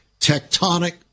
tectonic